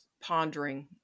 pondering